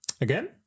Again